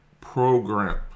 program